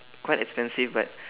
quite expensive but